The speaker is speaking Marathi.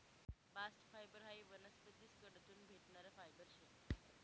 बास्ट फायबर हायी वनस्पतीस कडथून भेटणारं फायबर शे